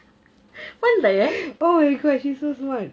what's that